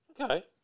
Okay